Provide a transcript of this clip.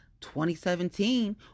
2017